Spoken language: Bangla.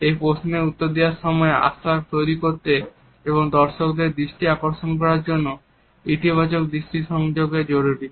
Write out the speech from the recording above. এই প্রশ্নের উত্তর দেবার সময়ে আস্থা তৈরি করতে এবং দর্শকদের দৃষ্টি আকর্ষণ করার জন্য ইতিবাচক দৃষ্টি সংযোগ জরুরী